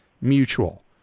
Mutual